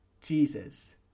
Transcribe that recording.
Jesus